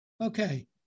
Okay